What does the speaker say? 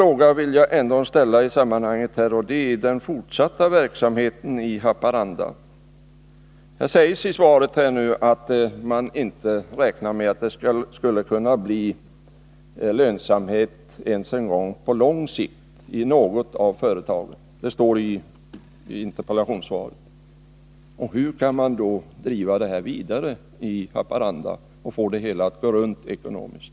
Jag vill emellertid ställa en fråga i det här sammanhanget, nämligen beträffande den fortsatta verksamheten i Haparanda. Det står i interpellationssvaret att man inte räknar med att det i något av företagen skall kunna bli lönsamhet ens på lång sikt. Hur skall man då kunna driva verksamheten vidare i Haparanda och få det hela att gå ihop ekonomiskt?